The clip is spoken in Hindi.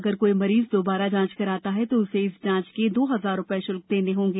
अगर कोई मरीज दोबारा जांच कराता है तो उसे इस जांच दो हजार रुपये शुल्क देना होगा